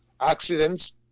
accidents